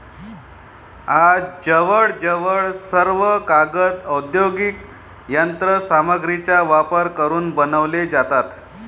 आज जवळजवळ सर्व कागद औद्योगिक यंत्र सामग्रीचा वापर करून बनवले जातात